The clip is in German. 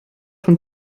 von